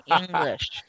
English